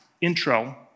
intro